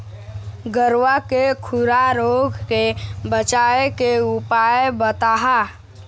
गरवा के खुरा रोग के बचाए के उपाय बताहा?